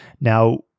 Now